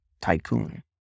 tycoon